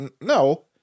no